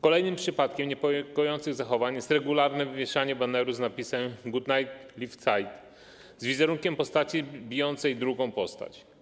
Kolejnym przypadkiem niepokojących zachowań jest regularne wywieszanie baneru z napisem ˝good night left side”, z wizerunkiem postaci bijącej drugą postać.